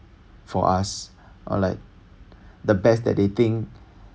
for us or like the best that they think